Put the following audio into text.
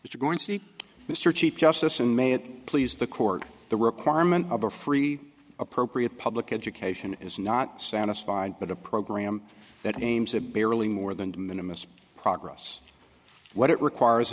it's going to be mr chief justice in may it please the court the requirement of a free appropriate public education is not satisfied but a program that aims a barely more than minimum progress what it requires